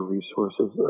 Resources